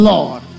Lord